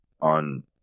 on